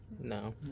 No